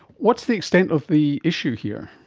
what's the extent of the issue here?